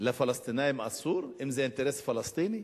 ולפלסטינים אסור, אם זה אינטרס פלסטיני?